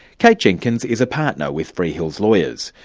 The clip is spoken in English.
kate jenkins is a partner with freehill's lawyers.